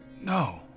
No